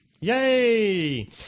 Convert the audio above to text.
Yay